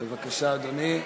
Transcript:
בבקשה, אדוני.